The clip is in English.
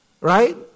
Right